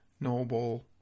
Noble